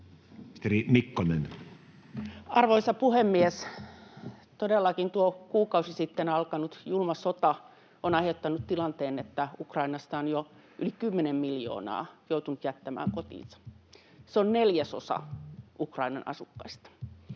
Arvoisa puhemies! Todellakin, tuo kuukausi sitten alkanut julma sota on aiheuttanut tilanteen, että Ukrainassa on jo yli kymmenen miljoonaa joutunut jättämään kotinsa. Se on neljäsosa Ukrainan asukkaista.